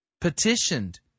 petitioned